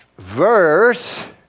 Verse